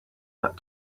that